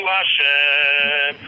Hashem